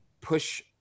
push